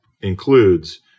includes